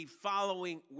following